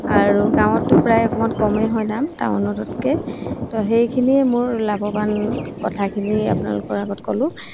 আৰু গাঁৱততো প্ৰায় অকণমান কমেই হয় দাম টাউনটোতকৈ তো সেইখিনিয়ে মোৰ লাভৱান কথাখিনি আপোনালোকৰ আগত ক'লোঁ